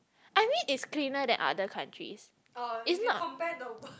I mean it's cleaner than other countries it's not